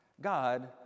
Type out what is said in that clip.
God